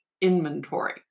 inventory